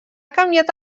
canviat